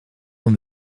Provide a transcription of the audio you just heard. een